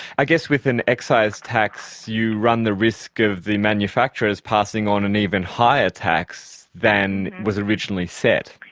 i guess with an excise tax you run the risk of the manufacturers passing on an even higher tax than was originally set.